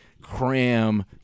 cram